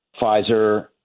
Pfizer